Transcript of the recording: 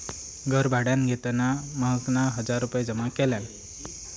घर भाड्यान घेताना महकना हजार रुपये जमा केल्यान